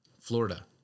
Florida